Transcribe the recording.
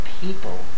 people